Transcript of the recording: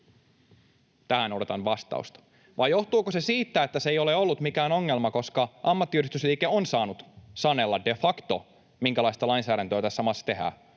Tähän odotan vastausta. Vai johtuuko se siitä, että se ei ole ollut mikään ongelma, koska ammattiyhdistysliike on saanut sanella de facto, minkälaista lainsäädäntöä tässä maassa tehdään?